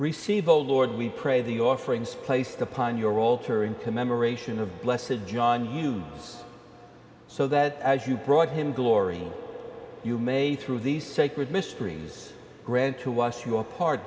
receive the lord we pray the offerings placed upon your altar in commemoration of bless a john hughes so that as you brought him glory you may through these sacred mysteries grant to wash your car